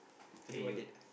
today what date